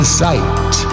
sight